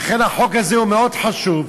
לכן החוק הזה הוא מאוד חשוב,